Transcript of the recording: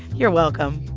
you're welcome